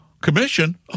commission